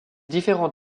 différents